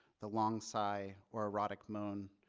the long sigh or erotic moon,